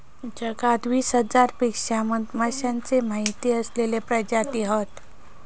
जगात वीस हजारांपेक्षा मधमाश्यांचे माहिती असलेले प्रजाती हत